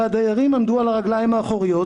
והדיירים עמדו על הרגליים האחוריות,